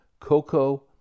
Cocoa